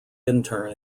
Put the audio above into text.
intern